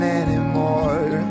anymore